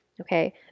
Okay